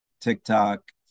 TikTok